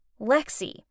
Lexi